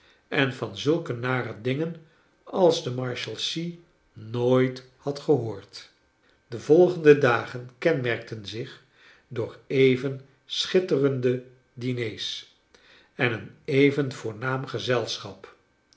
en van zulke nare dingen als de marshalsea nooit had gehoord de volgende dagen kenmerkten zich door even schitterende diners en een even voornaam gezelschap